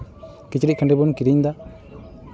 ᱠᱤᱪᱨᱤᱡ ᱠᱷᱟᱺᱰᱩᱣᱟᱹᱜ ᱵᱚᱱ ᱠᱤᱨᱤᱧᱫᱟ